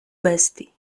bestii